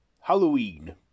Halloween